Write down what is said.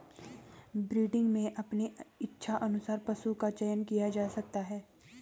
breeding में अपने इच्छा अनुसार पशु का चयन किया जा सकता है